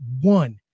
one